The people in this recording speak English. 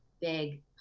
big